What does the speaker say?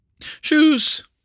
Shoes